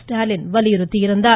ஸ்டாலின் வலியுறுத்தி இருந்தார்